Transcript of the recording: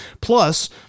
Plus